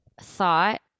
thought